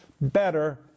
better